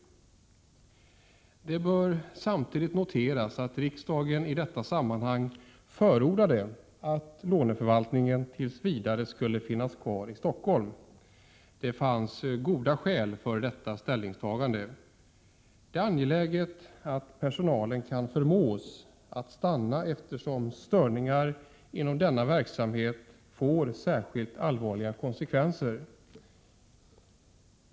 Det bör samtidigt noteras att riksdagen i detta sammanhang förordade att låneförvaltningen tills vidare skulle vara kvar i Stockholm. Det fanns goda skäl för detta ställningstagande. Det är angeläget att personalen kan förmås att stanna, eftersom störningar inom denna verksamhet får särskilt allvarliga konsekvenser.